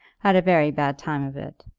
had a very bad time of it.